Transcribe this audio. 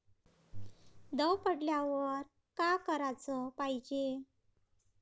दव पडल्यावर का कराच पायजे?